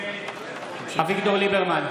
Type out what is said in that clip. (קורא בשמות חברי הכנסת) אביגדור ליברמן,